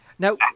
Now